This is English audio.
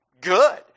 good